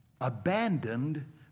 abandoned